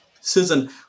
Susan